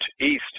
east